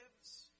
lives